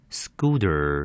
scooter